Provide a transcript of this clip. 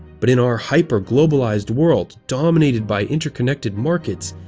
but in our hyper-globalized world, dominated by interconnected markets,